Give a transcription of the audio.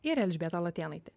ir elžbieta latėnaitė